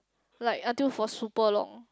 like until for super long